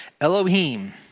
Elohim